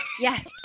Yes